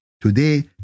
Today